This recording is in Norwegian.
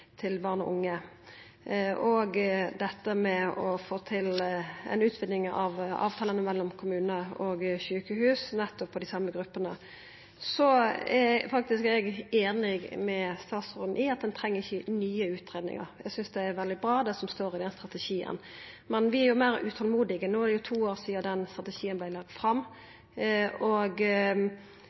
til barn og unge, og dette med å få til ei utviding av avtalane mellom kommunar og sjukehus for nettopp dei same gruppene. Eg er faktisk einig med statsråden i at ein ikkje treng nye utgreiingar. Eg synest det som står i strategien, er veldig bra. Men vi er meir utålmodige. No er det to år sidan den strategien vart lagd fram.